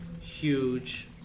huge